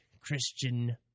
Christian